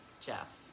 Jeff